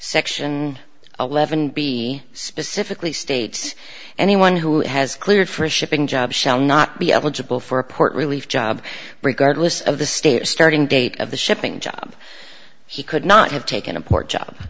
section eleven b specifically states anyone who has cleared for shipping jobs shall not be eligible for a port relief job regardless of the state starting date of the shipping job he could not have taken a port job